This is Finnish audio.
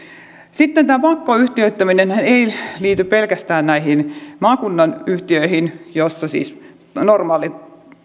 sitten tämä pakkoyhtiöittäminenhän ei liity pelkästään näihin maakunnan yhtiöihin joissa siis normaali